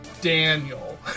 Daniel